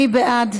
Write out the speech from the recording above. מי בעד?